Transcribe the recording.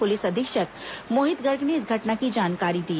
police अधीक्षक मोहित गर्ग ने इस घटना की जानकारी दी